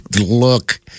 look